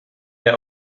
der